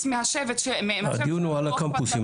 הדיון הוא על הקמפוסים.